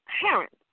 parents